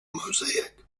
mosaic